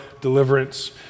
deliverance